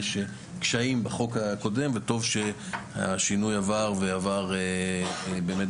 יש קשיים בחוק הקודם וטוב שהשינוי עבר ועבר באמת,